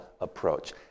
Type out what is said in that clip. approach